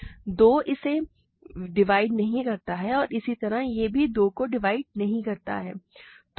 2 इसे डिवाइड नहीं करता है और इसी प्रकार यह भी 2 को डिवाइड नहीं करता है